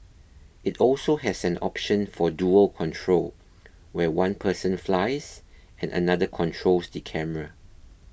it also has an option for dual control where one person flies and another controls the camera